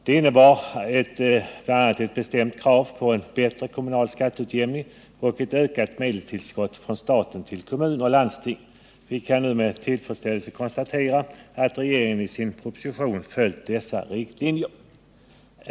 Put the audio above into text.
Det innebar bl.a. ett bestämt krav på en bättre kommunal skatteutjämning och ett ökat medelstillskott från staten till kommuner och landsting. Vi kan nu med tillfredsställelse konstatera att regeringen i sin proposition följt dessa riktlinjer.